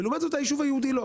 לעומת זאת, היישוב היהודי לא.